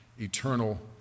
eternal